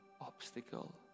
obstacle